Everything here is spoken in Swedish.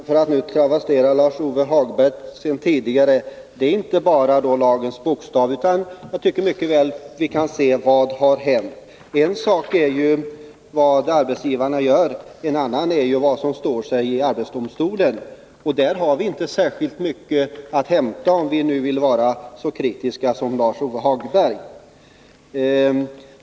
Fru talman! För att travestera Lars-Ove Hagbergs tidigare uttalande så är det inte bara lagens bokstav det handlar om, utan jag tycker att vi mycket väl kan se på vad som har hänt. En sak är ju vad arbetsgivarna gör, en annan vad som står sig i arbetsdomstolen. Där har vi inte särskilt mycket att hämta, om vi nu vill vara lika kritiska som Lars-Ove Hagberg.